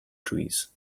trees